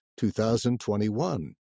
2021